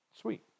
Sweet